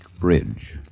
Bridge